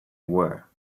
were